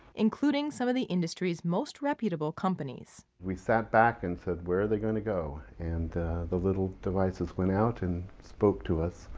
including some of the industry's most reputable companies. we sat back and said where are they going to go. and the little devices went out and spoke to us,